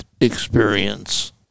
experience